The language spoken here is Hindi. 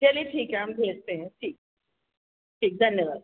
चलिए ठीक है हम भेजते हैं ठीक ठीक धन्यवाद